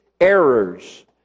errors